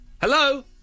Hello